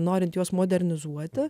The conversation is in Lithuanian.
norint juos modernizuoti